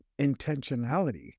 intentionality